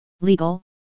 legal